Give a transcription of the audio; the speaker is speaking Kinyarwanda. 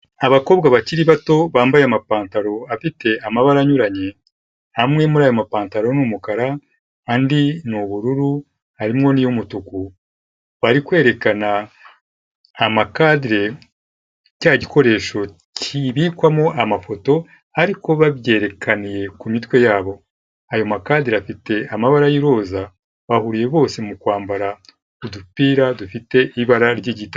Abakobwa bakiri bato bambaye amapantaro afite amabara anyuranye, amwe muri ayo mapantalo ni umukara andi ni ubururu, harimo n'iy'umutuku. Bari kwerekana amakadere cya gikoresho kibikwamo amafoto ariko babyerekaniye ku mitwe yabo, ayo makadere afite amabara y'iroza bahuriye bose mu kwambara udupira dufite ibara ry'igitaka.